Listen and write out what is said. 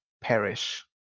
perish